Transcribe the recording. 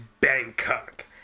Bangkok